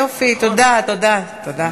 יופי, תודה, תודה, תודה.